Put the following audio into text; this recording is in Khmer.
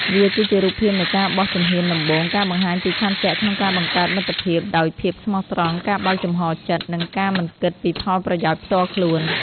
វាគឺជារូបភាពនៃការបោះជំហានដំបូង ការបង្ហាញពីឆន្ទៈក្នុងការបង្កើតមិត្តភាពដោយភាពស្មោះត្រង់ ការបើកចំហរចិត្ត និងការមិនគិតពីផលប្រយោជន៍ផ្ទាល់ខ្លួន។